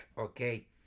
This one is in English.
Okay